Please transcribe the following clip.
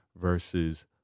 versus